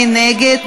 מי נגד?